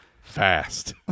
fast